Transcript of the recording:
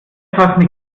etwas